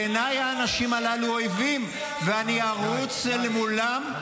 בעיניי האנשים הללו אויבים -- בינתיים אתה יושב בקואליציה עם --- די.